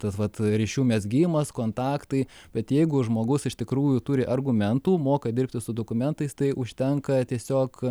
tas vat ryšių mezgimas kontaktai bet jeigu žmogus iš tikrųjų turi argumentų moka dirbti su dokumentais tai užtenka tiesiog